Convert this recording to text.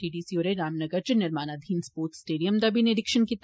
DDC होरें रामनगर च निर्माणाधीन स्पोर्ट्स स्टेडियम दा बी निरीक्षण कीता